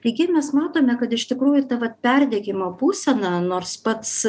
taigi mes matome kad iš tikrųjų ta vat perdegimo būsena nors pats